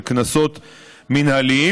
של קנסות מינהליים.